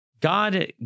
God